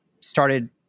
started